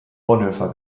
bonhoeffer